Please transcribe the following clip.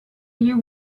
you